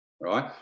right